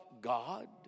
God